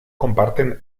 comparten